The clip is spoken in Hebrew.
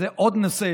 זה עוד נושא,